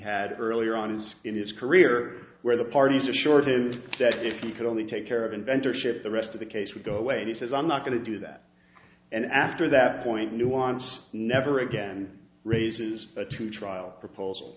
had earlier on in his career where the parties are short is that if you could only take care of inventor ship the rest of the case would go away he says i'm not going to do that and after that point nuance never again raises a two trial proposal